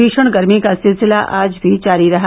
भीशण गर्मी का सिलसिला आज भी जारी रहा